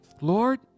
Lord